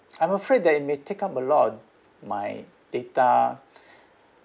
I'm afraid that it may take up a lot of my data